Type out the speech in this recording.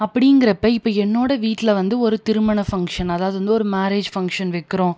அப்படிங்கிறப்ப இப்போ என்னோட வீட்டில் வந்து ஒரு திருமண ஃபங்ஷன் அதாவது வந்து ஒரு மேரேஜ் ஃபங்ஷன் வைக்கிறோம்